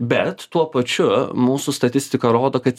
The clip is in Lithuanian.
bet tuo pačiu mūsų statistika rodo kad